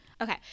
Okay